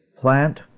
Plant